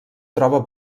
troba